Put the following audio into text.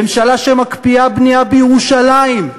ממשלה שמקפיאה בנייה בירושלים.